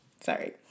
sorry